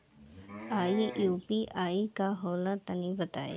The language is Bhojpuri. इ यू.पी.आई का होला तनि बताईं?